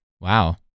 Wow